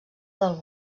del